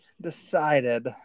decided